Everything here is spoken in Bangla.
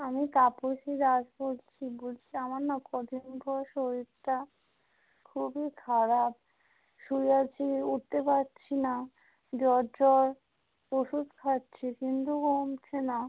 আমি কাপুসি দাস বলছি বলছি আমার না ক দিন ভোর শরীরটা খুবই খারাপ শুয়ে আছি উঠতে পারছি না জ্বর জ্বর ওষুধ খাচ্ছি কিন্তু কমছে না